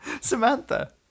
Samantha